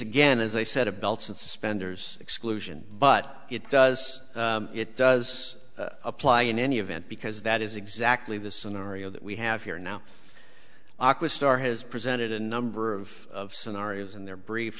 again as i said a belt and suspenders exclusion but it does it does apply in any event because that is exactly the scenario that we have here now aqua's starr has presented a number of scenarios in their brief